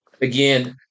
again